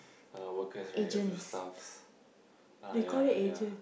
uh workers right a few staffs ah ya ya